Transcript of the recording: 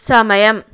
సమయం